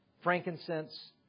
frankincense